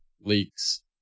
leaks